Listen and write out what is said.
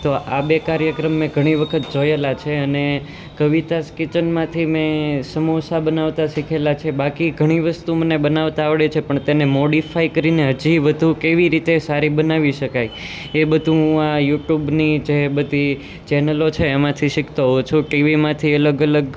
તો આ બે કાર્યક્રમ મેં ઘણી વખત જોયેલા છે અને કવિતાસ કિચનમાંથી મેં સમોસા બનાવતા શીખેલા છે બાકી ઘણી વસ્તુ મને બનાવતા આવડે છે પણ તે મોડીફાય કરીને હજી વધુ સારી રીતે કેવી રીતે સારી બનાવી શકાય એ બધું હું આ યુટ્યુબનીને જે બધી ચેનલો છે એમાંથી શિખતો હોવ છું ટીવીમાંથી અલગ અલગ